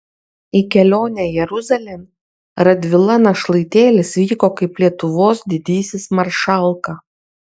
į kelionę jeruzalėn radvila našlaitėlis vyko kaip lietuvos didysis maršalka